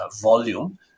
volume